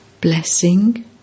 Blessing